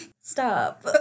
Stop